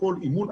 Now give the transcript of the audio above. לכל אימון,